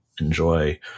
enjoy